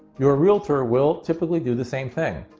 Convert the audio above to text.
your realtor will typically do the same thing.